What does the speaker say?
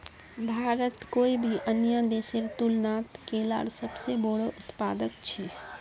भारत कोई भी अन्य देशेर तुलनात केलार सबसे बोड़ो उत्पादक छे